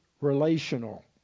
relational